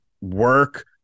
work